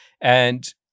And-